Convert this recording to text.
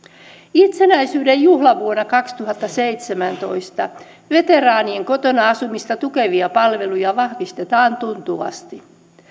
itsenäisyyden juhlavuonna kaksituhattaseitsemäntoista veteraanien kotona asumista tukevia palveluja vahvistetaan tuntuvasti